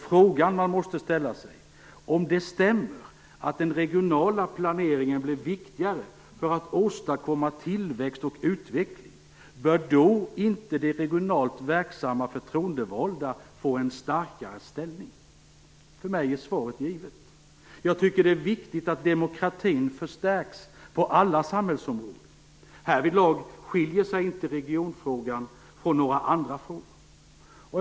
Frågan man måste ställa sig är: Om det stämmer att den regionala planeringen blir viktigare för att åstadkomma tillväxt och utveckling, bör då inte de regionalt verksamma förtroendevalda få en starkare ställning? För mig är svaret givet. Jag tycker att det är viktigt att demokratin förstärks på alla samhällsområden. Härvidlag skiljer sig inte regionfrågan från några andra frågor.